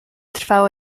trwało